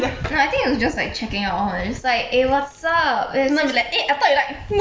no I think it was just like checking up on her it's like eh what's up not you like eh I thought you like